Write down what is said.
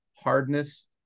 hardness